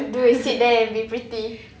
all they have to do is sit there and be pretty